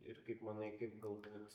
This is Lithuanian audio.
ir kaip manai kaip galbūt